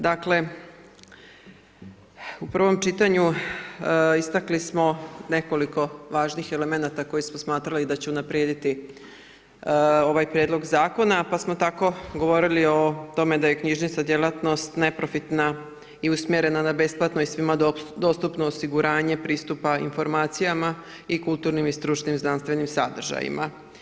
Dakle, u prvom čitanju istakli smo nekoliko važnih elemenata koje smo smatrali da će unaprijediti ovaj prijedlog zakona pa smo tako govorili o tome da je knjižnica djelatnost neprofitna i usmjerena na besplatno i svima dostupno osiguranje pristupa informacijama i kulturnim i stručnim znanstvenim sadržajima.